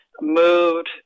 moved